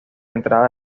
entrada